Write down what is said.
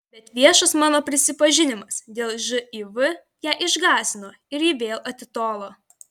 bet viešas mano prisipažinimas dėl živ ją išgąsdino ir ji vėl atitolo